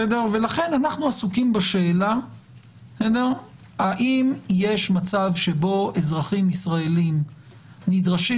לכן אנחנו עסוקים בשאלה האם יש מצב שבו אזרחים ישראלים נדרשים